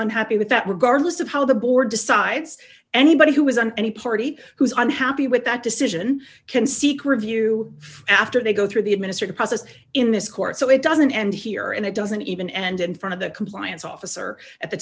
unhappy with that regardless of how the board decides anybody who was on any party who's unhappy with that decision can seek review after they go through the administrative process in this court so it doesn't end here and it doesn't even end in front of the compliance officer at the